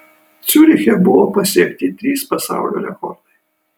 ciuriche buvo pasiekti trys pasaulio rekordai